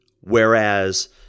Whereas